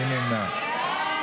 מי נמנע?